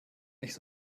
nicht